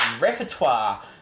repertoire